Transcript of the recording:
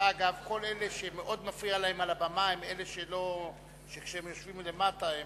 כל אלה שמאוד מפריע להם על הבמה הם אלה שכשהם יושבים למטה,